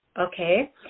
Okay